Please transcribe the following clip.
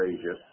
Asia